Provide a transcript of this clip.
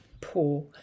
poor